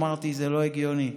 אמרתי: זה לא הגיוני.